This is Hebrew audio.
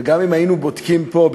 וגם אם היינו בודקים פה,